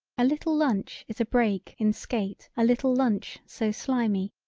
a little lunch is a break in skate a little lunch so slimy,